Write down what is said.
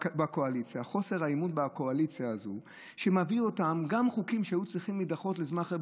בקואליציה שמביא לכך שגם חוקים שהיו צריכים להיעשות בזמן אחר,